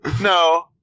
No